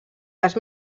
les